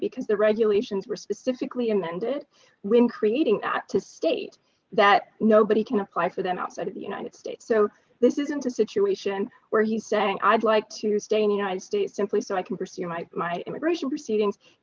because the regulations were specifically amended when creating to state that nobody can apply for them outside of the united states so this isn't a situation where he's saying i'd like to stay in the united states simply so i can pursue my my immigration proceeding